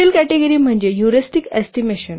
पुढील कॅटेगरी म्हणजे heuristic estimation